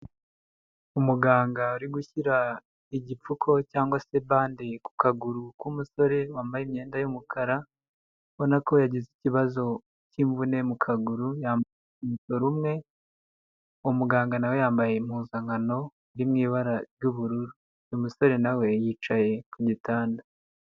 Umuganga ari gushyira igipfuko cyangwa se bande ku kaguru k'umusore wambaye imyenda y'umukara, ubona ko yagize ikibazo cy'imvune mu kaguru, yambaye urukweto rumwe, muganga na we yambaye impuzankano iri mu ibara ry'ubururu, uyu musore na we yicaye ku gitanda.